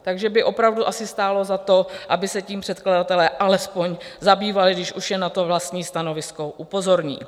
Takže by opravdu asi stálo za to, aby se tím předkladatelé alespoň zabývali, když už je na to vlastní stanovisko upozorní.